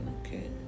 Okay